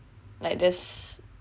like just